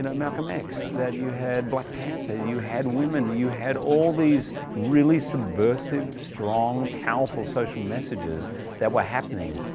and um malcolm x. then you had black panther, you had women, you had all these really subversive, strong, powerful social messages that were happening,